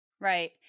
Right